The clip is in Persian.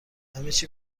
همچی